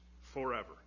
forever